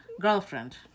girlfriend